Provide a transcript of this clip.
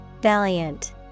Valiant